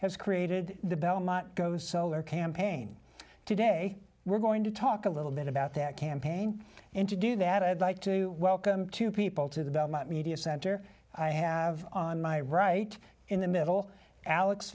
has created the belmont goes solar campaign today we're going to talk a little bit about that campaign and to do that i'd like to welcome two people to the media center i have on my right in the middle alex